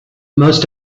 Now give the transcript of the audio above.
most